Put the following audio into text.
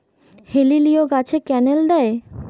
হেলিলিও গাছে ক্যানেল দেয়?